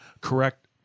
correct